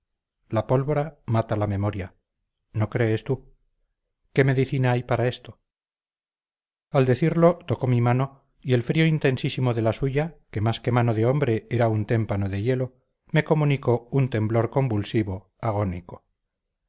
la pólvora mata la memoria no crees tú qué medicina hay para esto al decirlo tocó mi mano y el frío intensísimo de la suya que más que mano de hombre era un témpano de hielo me comunicó un temblor convulsivo agónico